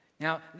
Now